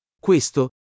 Questo